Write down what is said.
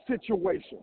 situation